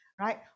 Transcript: right